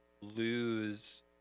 lose